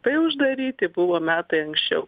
tai uždaryti buvo metai anksčiau